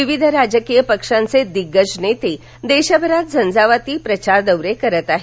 विविध राजकीय पक्षांचे दिग्गज नेते देशभरात झंझावाती प्रचार दौरे करत आहेत